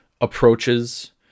approaches